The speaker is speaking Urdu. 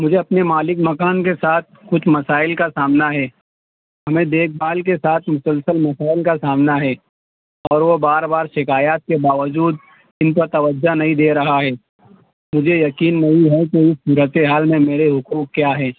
مجھے اپنے مالک مکان کے ساتھ کچھ مسائل کا سامنا ہے ہمیں دیکھ بھال کے ساتھ مسلسل مسائل کا سامنا ہے اور وہ بار بار شکایات کے باوجود ان پر توجہ نہیں دے رہا ہے مجھے یقین نہیں ہے کہ اس صورت حال میں میرے حقوق کیا ہیں